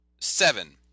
Seven